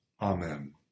Amen